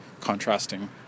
contrasting